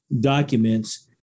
documents